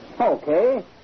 Okay